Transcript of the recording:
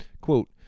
quote